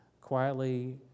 quietly